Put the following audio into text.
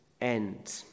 end